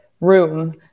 room